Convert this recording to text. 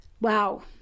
Wow